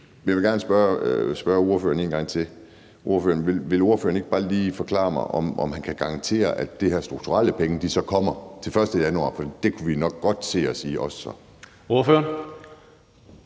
Jeg vil gerne spørge ordføreren en gang til: Vil ordføreren ikke bare lige forklare mig, om han kan garantere, at de her strukturelle penge så kommer til den 1. januar? For det kunne vi nok godt se os i så.